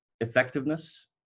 effectiveness